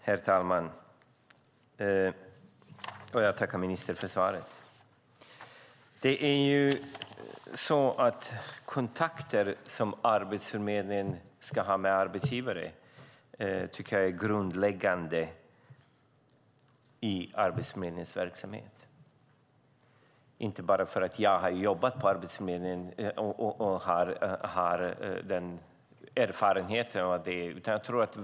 Herr talman! Jag tackar ministern för svaret. De kontakter som Arbetsförmedlingen ska ha med arbetsgivare är grundläggande i Arbetsförmedlingens verksamhet. Det säger jag inte bara för att jag har jobbat på Arbetsförmedlingen och har erfarenhet av det.